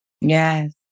Yes